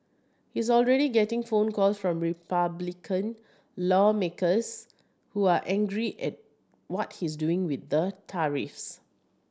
he's already getting phone calls from Republican lawmakers who are angry at what he's doing with the tariffs